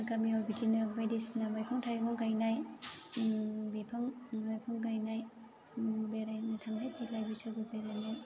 गामियाव बिदिनो बायदिसिना मैगं थाइगं गायनाय बिफां लाइफां गानाय बेरायनो थांनाय फैलाय बैसागु फालिनाय